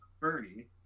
Bernie